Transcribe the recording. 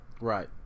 Right